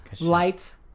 Lights